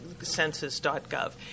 census.gov